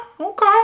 okay